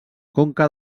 conca